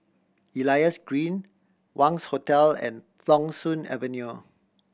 Elias Green Wangz Hotel and Thong Soon Avenue